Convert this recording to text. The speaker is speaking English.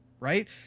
right